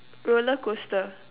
roller coaster